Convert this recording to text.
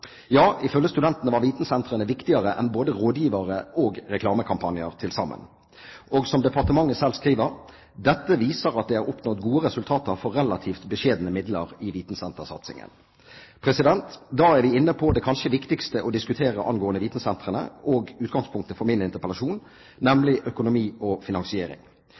Ja, ifølge studentene var vitensentrene viktigere enn både rådgivere og reklamekampanjer til sammen. Som departementet selv skriver: «Dette viser at det er oppnådd gode resultater for relativt beskjedne midler i vitensentersatsingen.» Da er vi inne på det kanskje viktigste å diskutere angående vitensentrene – og utgangspunktet for min interpellasjon – nemlig økonomi og finansiering.